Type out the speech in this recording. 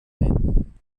drehen